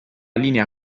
linea